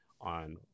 on